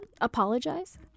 apologize